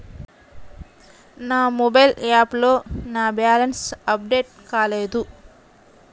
నా మొబైల్ యాప్లో నా బ్యాలెన్స్ అప్డేట్ కాలేదు